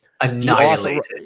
annihilated